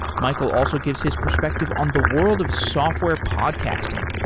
michael also gives his perspective on the world of software podcasting,